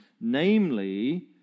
namely